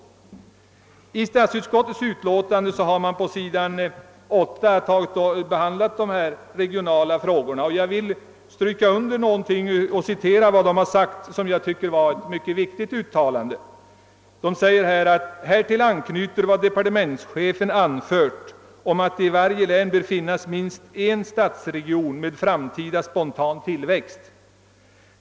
På sidan 8 i statsutskottets utlåtande nr 57 behandlas de regionala frågorna, och jag vill citera ett enligt min mening mycket viktigt uttalande som lyder: » Härtill anknyter vad departementschefen anfört om att det i varje län bör finnas minst en stadsregion med fram tida spontan tillväxtkraft.